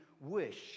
wish